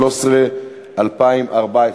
חקיקה להשגת יעדי התקציב לשנים 2013 ו-2014)